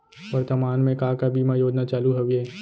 वर्तमान में का का बीमा योजना चालू हवये